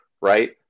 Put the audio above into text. Right